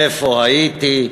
איפה הייתי,